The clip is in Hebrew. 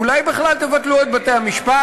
אולי בכלל תבטלו את בתי-המשפט,